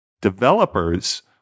developers